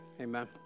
Amen